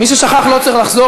מי ששכח לא צריך לחזור,